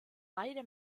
beide